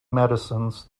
medicines